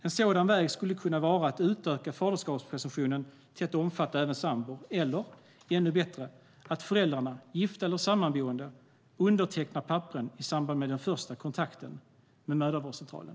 En sådan väg skulle kunna vara att utöka faderskapspresumtionen till att omfatta även sambor eller, ännu bättre, att föräldrarna - gifta eller sammanboende - undertecknar papperen i samband med den första kontakten med mödravårdscentralen.